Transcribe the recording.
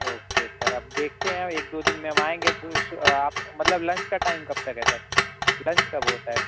okay sir ب دیکھتے ہیں ایک دو دن میں آئیں گے آپ مطلب لنچ کا ٹائم کب تک ہے سر لنچ کب ہوتا ہے